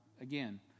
again